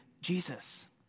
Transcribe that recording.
Jesus